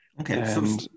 Okay